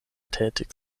tätig